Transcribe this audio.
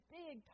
big